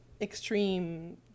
extreme